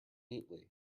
neatly